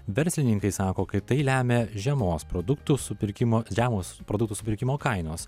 verslininkai sako kad tai lemia žemos produktų supirkimo žemos produktų supirkimo kainos